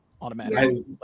automatically